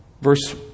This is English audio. verse